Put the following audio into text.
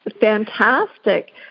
fantastic